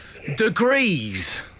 Degrees